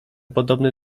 podobny